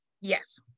yes